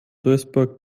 duisburg